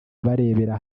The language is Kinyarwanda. barebera